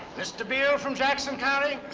mr. beale from jackson county.